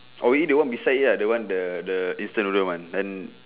oh eat the one beside it uh the one the the the instant noodle one and